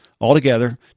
altogether